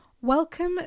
Welcome